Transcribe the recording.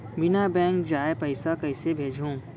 बिना बैंक जाये पइसा कइसे भेजहूँ?